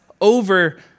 over